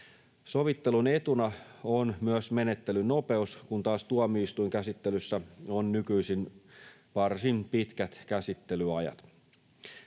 Sovittelun etuna on myös menettelyn nopeus, kun taas tuomioistuinkäsittelyssä on nykyisin varsin pitkät käsittelyajat.